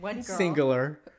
singular